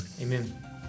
Amen